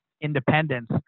independence